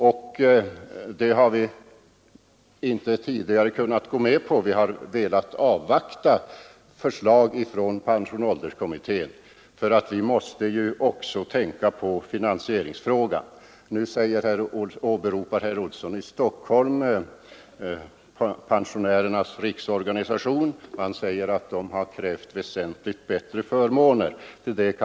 Tidigare har vi inte kunnat gå med på detta utan velat avvakta förslag från pensionsålderskommittén. Vi har måst tänka också på finansieringsfrågan. Nu åberopar herr Olsson i Stockholm Pensionärernas riksorganisation. Han säger att denna krävt väsentligt bättre förmåner.